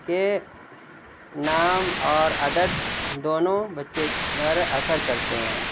کے نام اور عدد دونوں بچے پر اثر کرتے ہیں